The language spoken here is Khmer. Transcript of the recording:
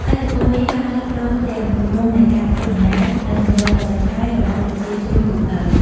ឥទ្ធិពលនេះបានផ្លាស់ប្តូរទាំងទម្រង់នៃការធ្វើដំណើរ និងទម្លាប់ប្រចាំថ្ងៃរបស់ប្រជាជនទូទៅ។